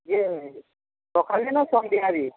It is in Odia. ଯେ ସକାଳେ ନା ସନ୍ଧ୍ୟାରେ